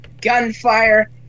gunfire